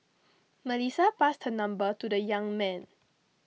Melissa passed her number to the young man